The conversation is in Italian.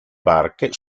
barche